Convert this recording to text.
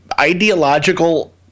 ideological